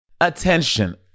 Attention